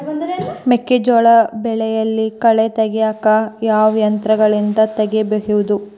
ಮೆಕ್ಕೆಜೋಳ ಬೆಳೆಯಲ್ಲಿ ಕಳೆ ತೆಗಿಯಾಕ ಯಾವ ಯಂತ್ರಗಳಿಂದ ತೆಗಿಬಹುದು?